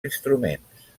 instruments